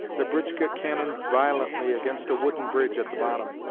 the britchka cannoned violently against a wooden bridge at the bottom.